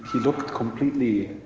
looking completely.